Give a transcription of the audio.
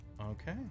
Okay